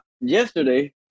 yesterday